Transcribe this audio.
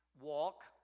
Walk